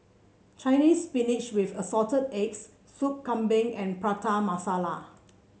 Chinese Spinach with Assorted Eggs Soup Kambing and Prata Masala